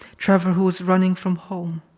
trevor who was running from home,